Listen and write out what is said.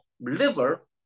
liver